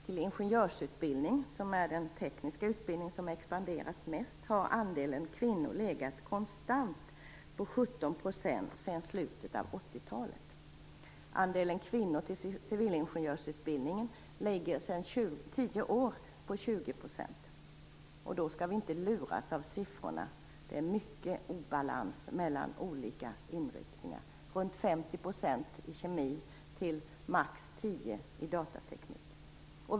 För ingenjörsutbildningen, som är den tekniska utbildning som har expanderat mest, har andelen sökande kvinnor konstant legat på 17 % sedan slutet av 1980-talet. Andelen kvinnor som söker till civilingenjörsutbildningen ligger sedan tio år tillbaka på 20 %. Ändå skall vi inte luras av siffrorna. Det är stor obalans mellan olika inriktningar. För kemi handlar det om runt 50 %, för datateknik maximalt 10 %.